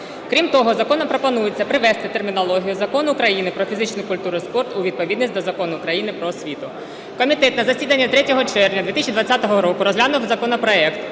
Крім того, законом пропонується привести термінологію Закону України "Про фізичну культуру і спорт" у відповідність до Закону України "Про освіту". Комітет на засіданні 3 червня 2020 року розглянув законопроект